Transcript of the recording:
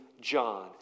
John